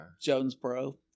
Jonesboro